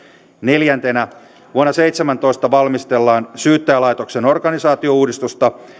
neljäntenä vuonna seitsemäntoista valmistellaan syyttäjälaitoksen organisaatiouudistusta